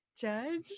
Judge